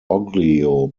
oglio